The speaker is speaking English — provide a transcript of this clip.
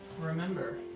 remember